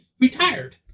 retired